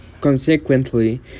Consequently